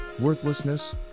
Worthlessness